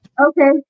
Okay